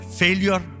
failure